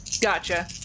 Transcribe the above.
Gotcha